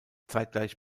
zeitgleich